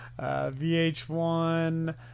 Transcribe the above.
VH1